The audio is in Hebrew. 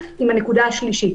עם הנקודה השלישית.